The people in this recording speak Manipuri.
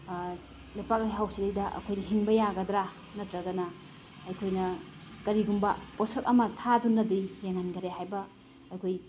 ꯂꯩꯄꯥꯛ ꯂꯩꯍꯥꯎꯁꯤꯗꯩꯗ ꯑꯩꯈꯣꯏ ꯍꯤꯡꯕ ꯌꯥꯒꯗ꯭ꯔꯥ ꯅꯠꯇ꯭ꯔꯒꯅ ꯑꯩꯈꯣꯏꯅ ꯀꯔꯤꯒꯨꯝꯕ ꯄꯣꯠꯁꯛ ꯑꯃ ꯊꯥꯗꯨꯅꯗꯤ ꯌꯦꯡꯉꯝꯗꯔꯦ ꯍꯥꯏꯕ ꯑꯩꯈꯣꯏ